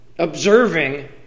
Observing